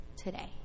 today